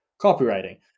copywriting